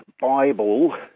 Bible